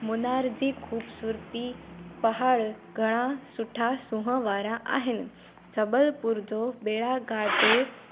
मुनार जी ख़ूबसूरती पहाड़ घणा सुठा सूंहं वारा आहिनि जबलपुर जो बेड़ा घाट